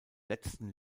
letzten